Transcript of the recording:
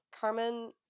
Carmen